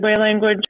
language